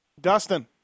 dustin